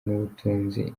n’ubutunzi